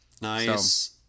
Nice